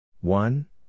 one